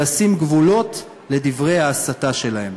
לשים גבולות לדברי ההסתה שלהם.